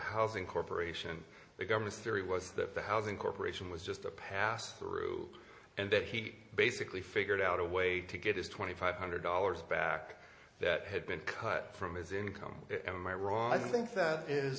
housing corporation the government's theory was that the housing corporation was just a pass through and that he basically figured out a way to get his twenty five hundred dollars back that had been cut from his income emraan i think that is